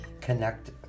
connect